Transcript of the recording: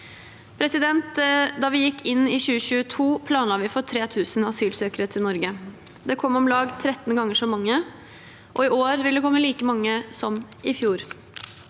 rammer. Da vi gikk inn i 2022, planla vi for 3 000 asylsøkere til Norge. Det kom om lag 13 ganger så mange, og i år vil det komme like mange som i fjor.